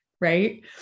right